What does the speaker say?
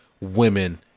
women